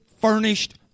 furnished